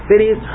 Cities